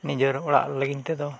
ᱱᱤᱡᱮᱨ ᱚᱲᱟᱜ ᱞᱟᱹᱜᱤᱫ ᱛᱮᱫᱚ